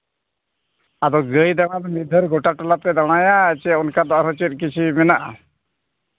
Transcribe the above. ᱟᱫᱚ ᱜᱟᱹᱭ ᱰᱟᱝᱨᱟ ᱫᱚ ᱢᱤᱫ ᱫᱷᱟᱣ ᱨᱮ ᱜᱚᱴᱟ ᱴᱚᱞᱟ ᱯᱮ ᱫᱟᱬᱟᱭᱟ ᱪᱮ ᱚᱱᱠᱟ ᱫᱚ ᱟᱨᱦᱚᱸ ᱪᱮᱫ ᱠᱤᱪᱷᱩ ᱢᱮᱱᱟᱜᱼᱟ